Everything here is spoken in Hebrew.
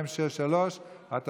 68 והוראת שעה),